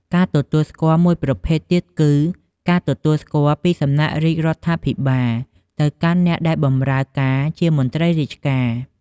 ការទទួលស្គាល់មួយប្រភេទទៀតគឺ ការទទួលស្គាល់ពីសំណាក់រាជរដ្ឋាភិបាលទៅកាន់អ្នកដែលបម្រើការជាមន្ត្រីរាជការ។